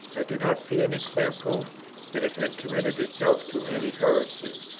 i did not see any clear proof that it had committed itself to any heresy,